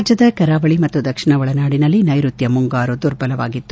ರಾಜ್ಯದ ಕರಾವಳಿ ಮತ್ತು ದಕ್ಷಿಣ ಒಳನಾಡಿನಲ್ಲಿ ನೈಋತ್ಯ ಮುಂಗಾರು ದುರ್ಬಲವಾಗಿತ್ತು